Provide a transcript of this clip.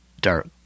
dark